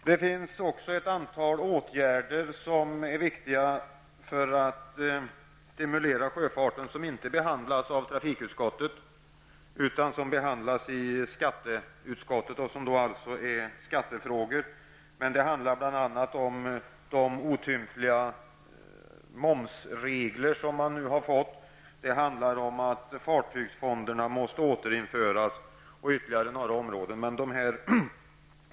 Det finns också några åtgärder som är viktiga när det gäller att stimulera sjöfarten men som inte har behandlats i utskottet. Däremot har behandlingen skett i skatteutskottet. Det handlar bl.a. om de otillräckliga momsregler som man nu har fått. Vidare rör det sig om detta att fartygsfonderna måste återinföras. Det finns ytterligare några saker.